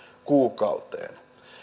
kuukauteen